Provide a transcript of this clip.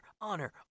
honor